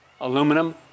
aluminum